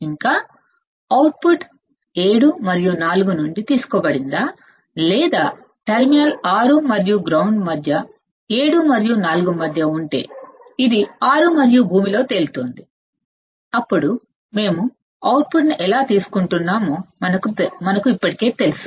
ఇంకా అవుట్పుట్ 7 మరియు 4 నుండి తీసుకోబడిందా లేదా టెర్మినల్ 6 మరియు గ్రౌండ్ మధ్య తీసుకోబడిందా ఒకవేళ 7 మరియు 4 మధ్య ఉంటే ఇది 6 మరియు భూమిలో తేలుతోంది అప్పుడు మనం అవుట్పుట్ను ఎలా తీసుకుంటున్నామో మనకు ఇప్పటికే తెలుసు